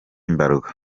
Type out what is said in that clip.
mbarwa